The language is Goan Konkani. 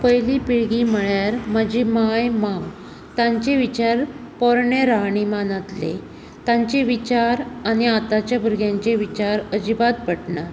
पयली पिळगी म्हळ्यार म्हजी मांय मांव तांचे विचार पोरणे राहणिमानांतले तांचे विचार आनी आतांच्या भुरग्यांचे विचार अजिबात पटनात